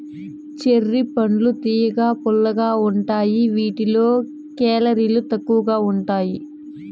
cherry పండ్లు తియ్యగా, పుల్లగా ఉంటాయి వీటిలో కేలరీలు తక్కువగా ఉంటాయి